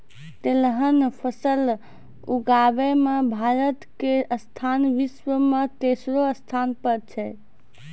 तिलहन फसल उगाबै मॅ भारत के स्थान विश्व मॅ तेसरो स्थान पर छै